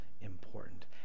important